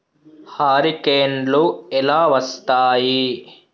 హరికేన్లు ఎలా వస్తాయి?